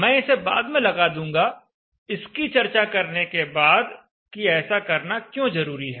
मैं इसे बाद में लगा दूंगा इसकी चर्चा करने के बाद कि ऐसा करना क्यों जरूरी है